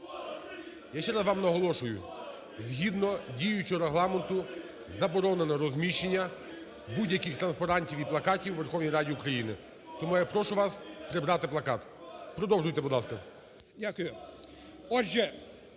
Я ще раз вам наголошую, згідно діючого Регламенту, заборонено розміщення будь-яких транспарантів і плакатів у Верховній Раді України. Тому я прошу вас прибрати плакат. Продовжуйте, будь ласка.